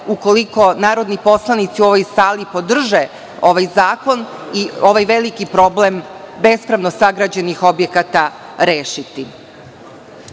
ukoliko narodni poslanici u ovoj sali podrže ovaj zakon i ovaj veliki problem bespravno sagrađenih objekata